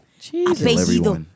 Jesus